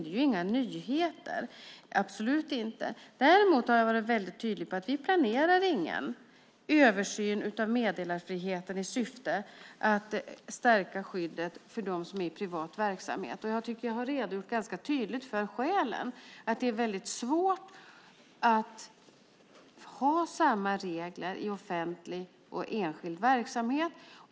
Det är ju inga nyheter - absolut inte. Däremot har jag varit väldigt tydlig med att vi inte planerar någon översyn av meddelarfriheten i syfte att stärka skyddet för dem som är i privat verksamhet, och jag tycker att jag har redogjort ganska tydligt för skälen. Det är väldigt svårt att ha samma regler i offentlig och enskild verksamhet.